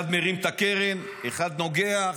אחד מרים את הקרן, אחד נוגח,